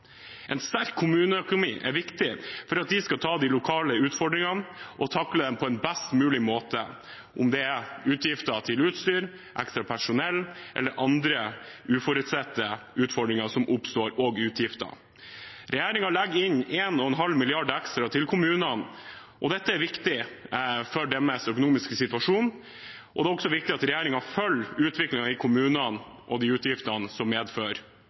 En sterk kommuneøkonomi er viktig for å takle de lokale utfordringene på en best mulig måte – om det er utgifter til utstyr, ekstra personell eller andre uforutsette utfordringer og utgifter som oppstår. Regjeringen legger inn 1,5 mrd. kr ekstra til kommunene, og dette er viktig for deres økonomiske situasjon. Det er også viktig at regjeringen følger utviklingen i kommunene når det gjelder de utgiftene som